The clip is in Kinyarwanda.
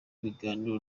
biganiro